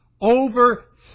over